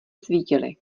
svítily